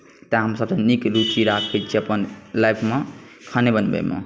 तेँ हम सभसँ नीक रुचि राखैत छी अपन लाइफमे खाने बनबैमे